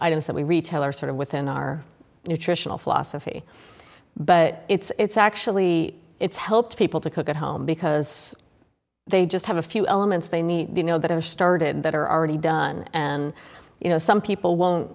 items that we retail are sort of within our nutritional philosophy but it's actually it's helped people to cook at home because they just have a few elements they need you know that have started that are already done and you know some people won't